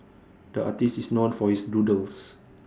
the artist is known for his doodles